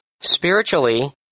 spiritually